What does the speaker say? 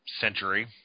century